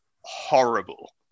horrible